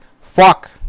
Fuck